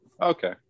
Okay